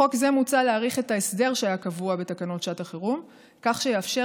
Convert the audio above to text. בחוק זה מוצע להאריך את ההסדר שהיה קבוע בתקנות שעת החירום כך שיאפשר